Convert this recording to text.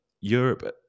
Europe